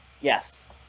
Yes